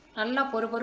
um omapodi but